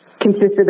consisted